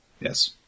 Yes